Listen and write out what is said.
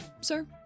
sir